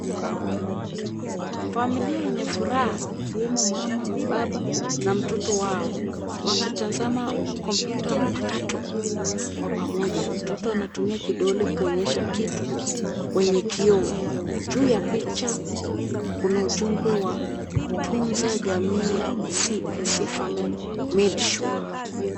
Familia yenye furaha ikiwemo mama, baba na mtoto wao, wakitazama kompyuta mpakato kwa pamoja, mtoto anatumia kidole kuonyesha kitu kwenye kioo juu ya picha kuna ujumbe wa Tunza jamii ya CIC Family Medsure.